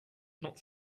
not